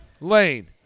Lane